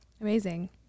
amazing